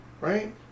Right